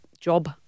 job